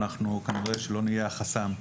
אנחנו ככל הנראה לא נהיה פה הגורם שמהוות את החסם.